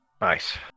Nice